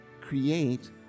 create